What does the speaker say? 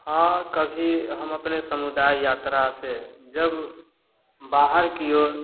हाँ कभी हम अपने समुदाय यात्रा से जब बाहर की ओर